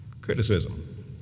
criticism